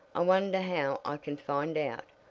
i wonder how i can find out.